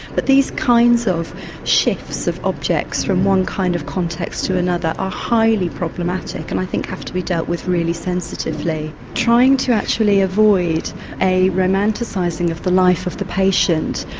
but these kinds of shifts of objects from one kind of context to another are highly problematic and i think have to be dealt with really sensitively. trying to actually avoid a romanticising of the life of the patient,